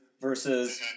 versus